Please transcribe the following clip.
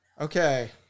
Okay